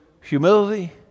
humility